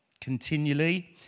Continually